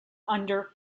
under